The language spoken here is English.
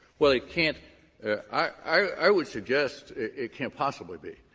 well, it can't i i would suggest it it can't possibly be.